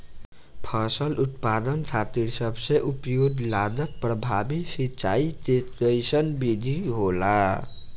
फसल उत्पादन खातिर सबसे उपयुक्त लागत प्रभावी सिंचाई के कइसन विधि होला?